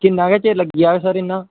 किन्ना गै चिर लग्गी जाह्ग फिर इंया